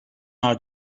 our